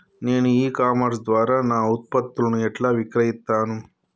నేను e commerce ద్వారా నా ఉత్పత్తులను ఎట్లా విక్రయిత్తను?